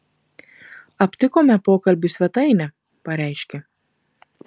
aptikome pokalbių svetainę pareiškė